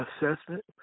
assessment